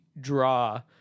draw